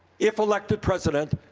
if elected president,